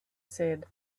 said